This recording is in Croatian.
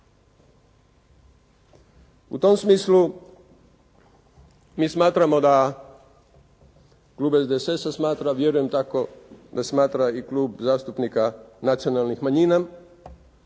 U tom smislu mi smatramo da, klub SDSS-a smatra, vjerujem tako da smatra i Klub zastupnika Nacionalnih manjina,